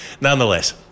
Nonetheless